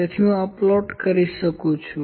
તેથી હું આ પ્લોટ કરી શકું છું